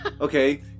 okay